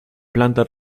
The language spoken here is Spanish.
planta